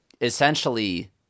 essentially